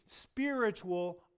spiritual